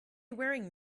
wearing